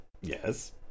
yes